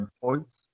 points